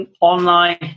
online